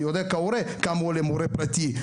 אני יודע כהורה כמה עולה מורה פרטי.